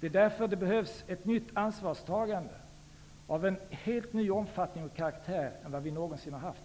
Det är därför det för Sveriges del behövs ett ansvarstagande av en helt ny omfattning och av en annan karaktär än vi har haft.